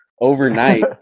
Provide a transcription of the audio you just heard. overnight